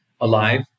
alive